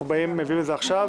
אנחנו מביאים אותה עכשיו.